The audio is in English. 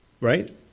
right